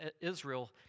Israel